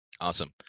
awesome